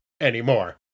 anymore